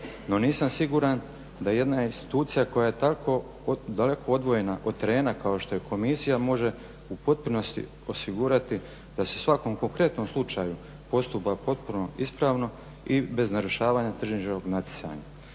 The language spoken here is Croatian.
No nisam siguran da jedna institucija koja je tako daleko odvojena od terena kao što je komisija može u potpunosti osigurati da se u svakom konkretnom slučaju postupa potpuno ispravno i bez narušavanja tržišnog natjecanja,